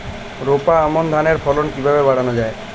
রোপা আমন ধানের ফলন কিভাবে বাড়ানো যায়?